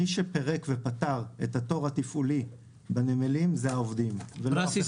מי שפירק ופתר את התור התפעולי בנמלים זה העובדים ואל אף אחד אחר.